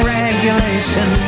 regulation